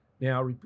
now